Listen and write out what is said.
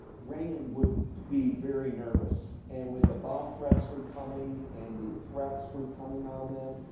raymond would be very nervous. and, when the bomb threats were coming and the threats were coming on them,